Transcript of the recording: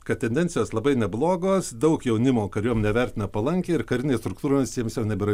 kad tendencijos labai neblogos daug jaunimo kariuomenę vertina palankiai ir karinės struktūros jiems jau nebėra